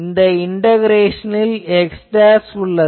இந்த இன்டகரேஷனில் x உள்ளது